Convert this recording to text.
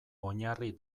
oinarri